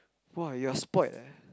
!wah! you are spoilt leh